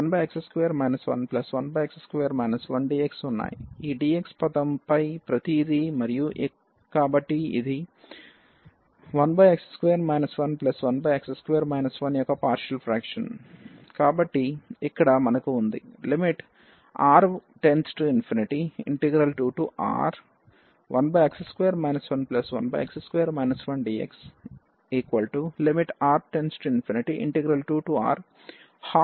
ఈ dx పదంపై ప్రతిదీ మరియు కాబట్టి ఇది 1x2 11x2 1 యొక్క పార్షియల్ ఫ్రాక్షన్